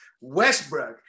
Westbrook